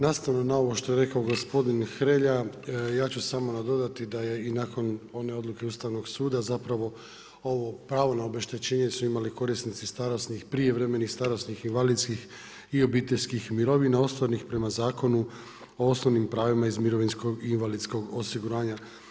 Nastavno na ovo što je rekao gospodin Hrelja, ja ću samo nadodati da je i nakon one odluke Ustavnog suda zapravo ovo pravo na obeštećenje su imali korisnici starosnih, prijevremenih starosnih, invalidskih i obiteljskih mirovina ostvarenih prema Zakonu o osnovnim pravima iz mirovinskog i invalidskog osiguranja.